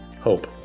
hope